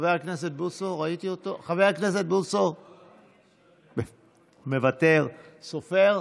חבר הכנסת בוסו, מוותר, סופר,